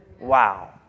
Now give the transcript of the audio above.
Wow